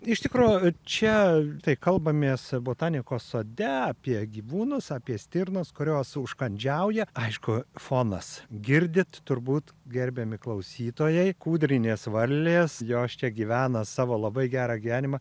iš tikro čia kai kalbamės su botanikos sode apie gyvūnus apie stirnas kurios užkandžiauja aišku fonas girdit turbūt gerbiami klausytojai kūdrinės varlės jos čia gyvena savo labai gerą gyvenimą